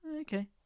Okay